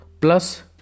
plus